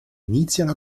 iniziano